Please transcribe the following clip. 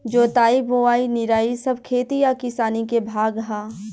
जोताई बोआई निराई सब खेती आ किसानी के भाग हा